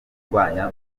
urwanya